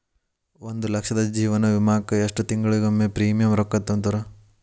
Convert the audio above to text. ಒಂದ್ ಲಕ್ಷದ ಜೇವನ ವಿಮಾಕ್ಕ ಎಷ್ಟ ತಿಂಗಳಿಗೊಮ್ಮೆ ಪ್ರೇಮಿಯಂ ರೊಕ್ಕಾ ತುಂತುರು?